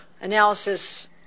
analysis